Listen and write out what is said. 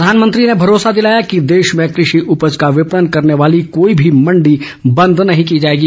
प्रधानमंत्री ने भरोसा दिलाया कि देश में कृषि उपज का विपणन करने वाली कोई भी मंडी बंद नहीं की जाएगी